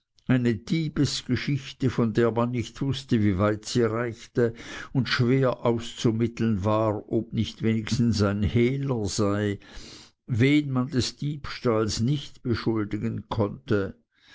eine diebesgeschichte von der man nicht wußte wie weit sie reichte und schwer auszumitteln war ob nicht wenigstens hehler sei wen man des diebstahls nicht beschuldigen konnte